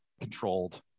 controlled